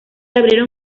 abrieron